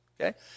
Okay